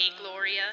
Gloria